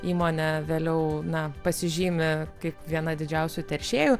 įmonė vėliau na pasižymi kaip viena didžiausių teršėjų